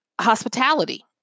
hospitality